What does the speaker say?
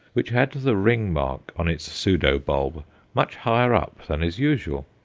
which had the ring-mark on its pseudo-bulb much higher up than is usual.